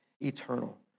eternal